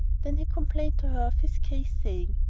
then he complained to her of his case, saying,